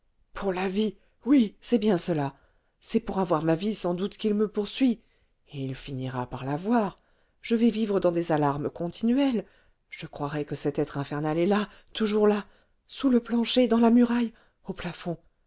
pour la vie oui c'est bien cela c'est pour avoir ma vie sans doute qu'il me poursuit et il finira par l'avoir je vais vivre dans des alarmes continuelles je croirai que cet être infernal est là toujours là sous le plancher dans la muraille au plafond